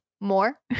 more